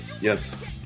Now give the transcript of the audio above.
yes